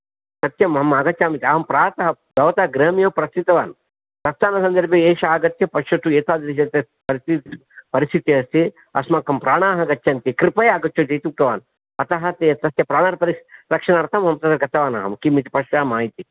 सत्यमहं आगच्छामि अहं प्रातः भवतः गृहमेव प्रस्थितवान् प्रस्थानसन्दर्भे एषः आगत्य पश्यतु एतादृश परिस्थिति परिस्थितिः अस्ति अस्माकं प्राणाः गच्छन्ति कृपया आगच्छतु इत्युक्तवान् अतः ते तस्य प्राणपरिरक्षणार्थं तत्र गतवानहं किमिति पश्यामः इति